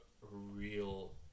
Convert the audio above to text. real